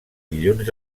dilluns